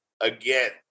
again